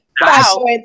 Wow